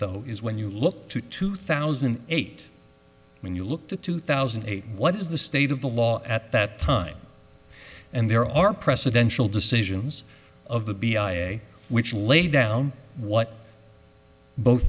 though is when you look to two thousand and eight when you look to two thousand and eight what is the state of the law at that time and there are presidential decisions of the b i a which laid down what both